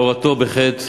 הורתו בחטא,